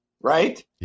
Right